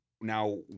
Now